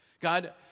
God